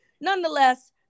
nonetheless